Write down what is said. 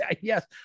Yes